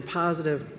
positive